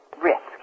risk